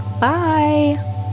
bye